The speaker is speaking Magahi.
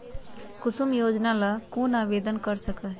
कुसुम योजना ला कौन आवेदन कर सका हई?